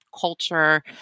culture